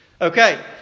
Okay